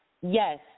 Yes